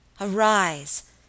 Arise